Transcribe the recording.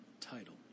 title